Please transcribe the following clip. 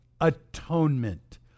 atonement